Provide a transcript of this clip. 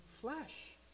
flesh